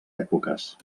èpoques